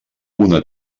una